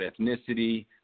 ethnicity